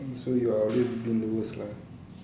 so you are always doing the worst lah